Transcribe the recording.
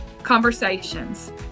conversations